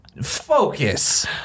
focus